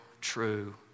true